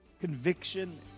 Conviction